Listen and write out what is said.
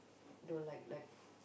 the like like